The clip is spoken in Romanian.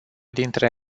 dintre